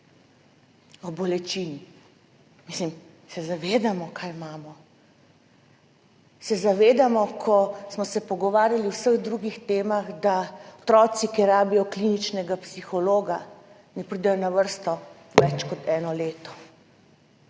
Ob bolečini. Mislim, se zavedamo, kaj imamo? Se zavedamo, ko smo se pogovarjali o vseh drugih temah, da otroci, ki rabijo kliničnega psihologa, ne pridejo na vrsto več kot eno leto?